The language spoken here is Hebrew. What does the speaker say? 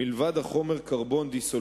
מלבד החומר קרבון-דיסולפיד.